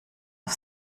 auf